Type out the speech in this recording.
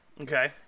Okay